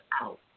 out